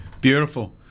Beautiful